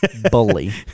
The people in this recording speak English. Bully